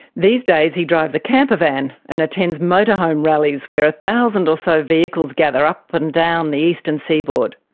these days he drives a campervan and attends motorhome rallies, where a thousand or so vehicles gather up but and down the eastern seaboard.